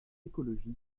écologique